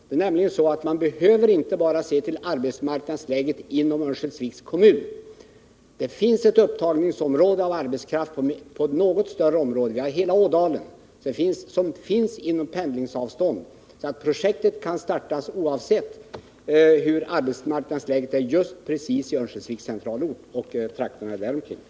Det är nämligen så att man inte bara behöver se till arbetsmarknadsläget i Örnsköldsviks kommun. Det finns ett större upptagningsområde när det gäller arbetskraft — hela Ådalen — inom pendlingsavstånd. Projektet kan startas, oavsett hur arbetsmarknadsläget är just i Örnsköldsviks centralort och trakterna där omkring.